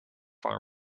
farmer